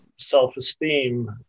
Self-esteem